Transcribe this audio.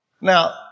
Now